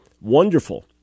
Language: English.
Wonderful